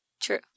True